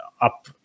up